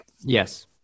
Yes